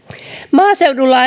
maaseudulla on